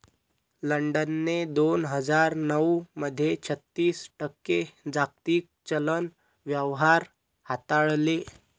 लंडनने दोन हजार नऊ मध्ये छत्तीस टक्के जागतिक चलन व्यवहार हाताळले